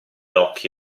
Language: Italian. occhi